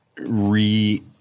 re-